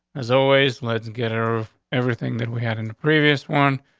as always, let's get her of everything that we had in the previous one.